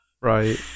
Right